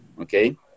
okay